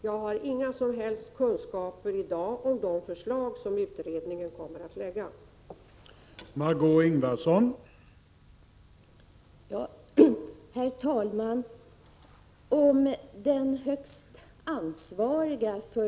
Jag har i dag inga som helst kunskaper om de förslag som utredningen kommer att lägga fram.